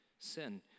Sin